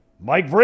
Mike